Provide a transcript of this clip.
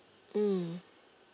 mm